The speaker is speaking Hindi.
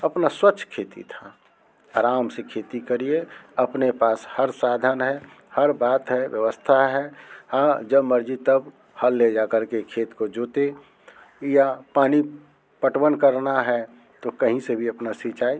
अपनी स्वच्छ खेती थी आराम से खेती करिए अपने पास हर साधन है हर बात है व्यवस्था है हँ जब मर्ज़ी तब हल ले जा कर के खेत को जोतें या पानी पटवन करना है तो कहीं से भी अपनी सिंचाई